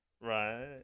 Right